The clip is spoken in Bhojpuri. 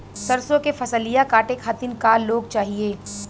सरसो के फसलिया कांटे खातिन क लोग चाहिए?